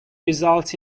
results